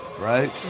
right